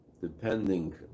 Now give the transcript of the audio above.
depending